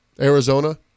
Arizona